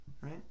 right